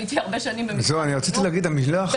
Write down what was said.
הייתי הרבה שנים במשרד החינוך,